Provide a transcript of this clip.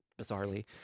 bizarrely